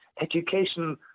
education